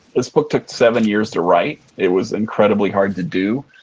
this book took seven years to write. it was incredibly hard to do.